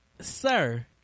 Sir